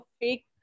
fake